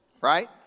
right